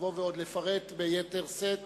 לבוא ועוד לפרט ביתר שאת